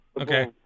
Okay